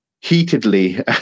heatedly